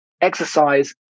Exercise